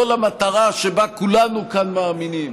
לא למטרה שבה כולנו כאן מאמינים,